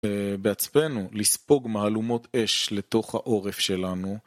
בעצמנו, לספוג מהלומות אש לתוך העורף שלנו.